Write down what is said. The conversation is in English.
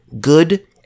good